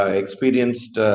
experienced